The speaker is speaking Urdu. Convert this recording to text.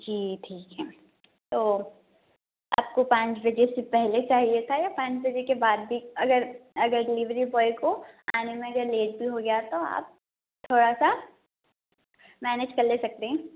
جی ٹھیک ہے تو آپ کو پانچ بجے سے پہلے چاہیے تھا یا پانچ بجے کے بعد بھی اگر اگر ڈیلیوری بوائے کو آنے میں اگر لیٹ بھی ہو گیا تو آپ تھوڑا سا مینیج کر لے سکتے ہیں